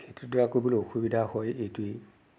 খেতিডৰা কৰিবলৈ অসুবিধা হয় এইটোৱেই